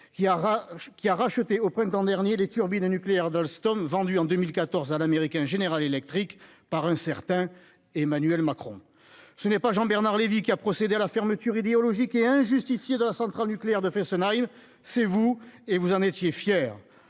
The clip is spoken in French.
qui a racheté au printemps dernier les turbines nucléaires d'Alstom vendus en 2014 à l'américain General Electric par un certain Emmanuel Macron ce n'est pas Jean-Bernard Lévy qui a procédé à la fermeture idéologique et injustifiée dans la centrale nucléaire de Fessenheim c'est vous et vous en étiez fière,